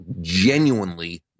genuinely